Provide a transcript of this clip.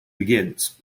begins